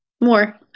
more